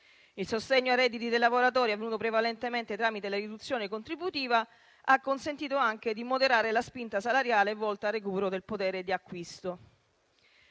Il sostegno ai redditi dei lavoratori, avvenuto prevalentemente tramite la riduzione contributiva, ha consentito anche di moderare la spinta salariale, volta al recupero del potere di acquisto.